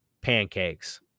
pancakes